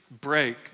break